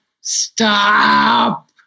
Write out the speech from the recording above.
stop